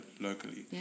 locally